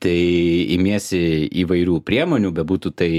tai imiesi įvairių priemonių bebūtų tai